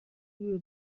جور